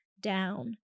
down